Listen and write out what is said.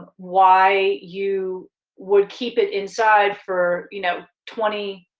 why you would keep it inside for, you know twenty,